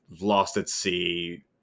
lost-at-sea